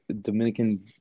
Dominican